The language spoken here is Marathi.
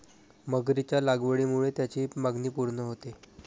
मगरीच्या लागवडीमुळे त्याची मागणी पूर्ण होते